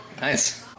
Nice